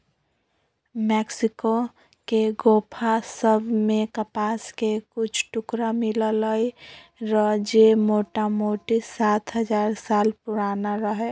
Mexico के गोफा सभ में कपास के कुछ टुकरा मिललइ र जे मोटामोटी सात हजार साल पुरान रहै